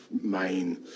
main